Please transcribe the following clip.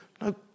No